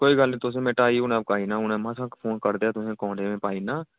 कोई गल्ल नी तुसें में ढाई हुने मसां फोन कटदे तुसें अकाउंट च में पाई उड़ना